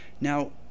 now